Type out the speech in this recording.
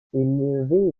élevés